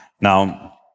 Now